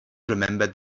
remembered